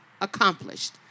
accomplished